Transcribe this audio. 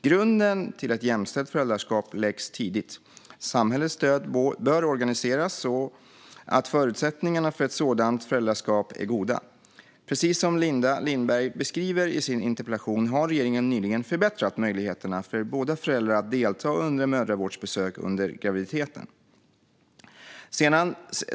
Grunden till ett jämställt föräldraskap läggs tidigt. Samhällets stöd bör organiseras så att förutsättningarna för ett sådant föräldraskap är goda. Precis som Linda Lindberg beskriver i sin interpellation har regeringen nyligen förbättrat möjligheterna för båda föräldrar att delta under mödravårdsbesök under graviditeten.